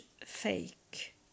fake